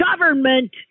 government